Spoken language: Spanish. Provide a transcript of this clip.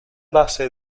base